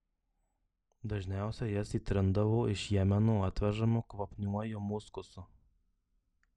dažniausiai jas įtrindavo iš jemeno atvežamu kvapniuoju muskusu